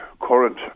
current